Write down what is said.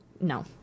No